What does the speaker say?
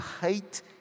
hate